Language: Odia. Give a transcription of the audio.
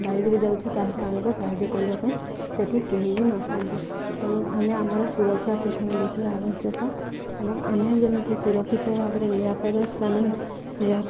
ବାଇକ୍ରେ ଯାଉଛେ ତା'ହେଲେ ଆମକୁ ସାହାଯ୍ୟ କରିବା ପାଇଁ ସେଇଠି କେହି ବି ନଥାନ୍ତି ତେଣୁ ଆମେ ଆମର ସୁରକ୍ଷା ପ୍ରଥମେ ଦେଖିବା ଆବଶ୍ୟକ ଏବଂ ଆମେ ଯେମିତି ସୁରକ୍ଷିତ ଭାବରେ ନିରାପତ୍ତା ସ୍ଥାନ